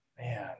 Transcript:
man